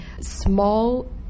small